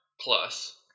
plus